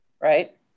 right